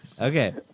Okay